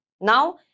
Now